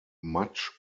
much